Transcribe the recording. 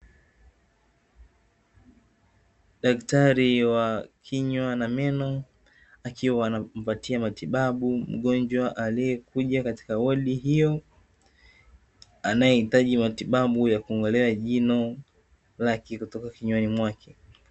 Daktari wa kinywa na meno akiwa anampatia matibabu mgonjwa aliyekuja katika wodi hiyo, anayehitaji matibabu ya kung'olewa jino lake kutoka kinywani mwake.